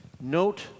Note